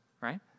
right